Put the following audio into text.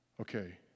okay